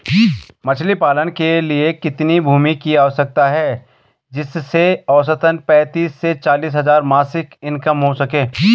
मछली पालन के लिए कितनी भूमि की आवश्यकता है जिससे औसतन पैंतीस से चालीस हज़ार मासिक इनकम हो सके?